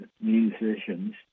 musicians